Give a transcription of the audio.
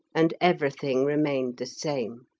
and everything remained the same.